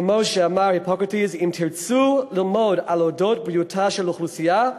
כמו שאמר היפוקרטס: אם תרצו ללמוד על אודות בריאותה של אוכלוסייה,